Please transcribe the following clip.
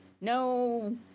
No